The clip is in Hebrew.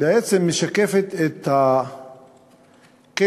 בעצם משקפת את הקשר